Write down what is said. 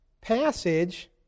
passage